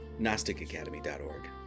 GnosticAcademy.org